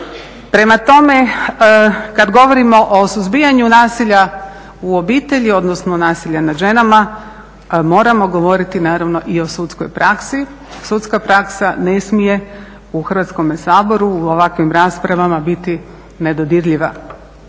Prema tome, kad govorimo o suzbijanju nasilja u obitelji, odnosno nasilja nad ženama moramo govoriti naravno i o sudskoj praksi, sudska praksa ne smije u Hrvatskome saboru u ovakvim raspravama biti nedodirljiva